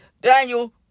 Daniel